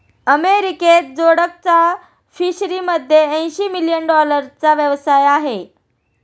अमेरिकेत जोडकचा फिशरीमध्ये ऐंशी मिलियन डॉलरचा व्यवसाय आहे